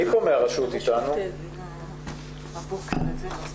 מי פה מהרשות לקידום מעמד האישה?